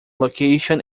location